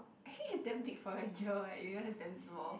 actually is damn big for your ear eh your ears damn small